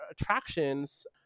attractions